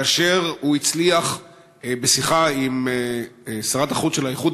כאשר הוא הצליח בשיחה עם שרת החוץ של האיחוד